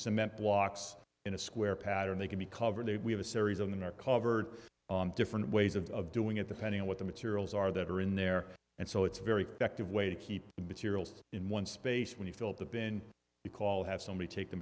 cement blocks in a square pattern they can be covered and we have a series of them are covered different ways of doing it depending on what the materials are that are in there and so it's a very effective way to keep the bit cereals in one space when you fill up the bin we call have somebody take the